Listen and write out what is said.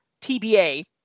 TBA